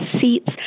seats